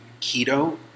keto